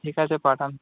ঠিক আছে পাঠান